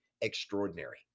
extraordinary